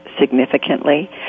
significantly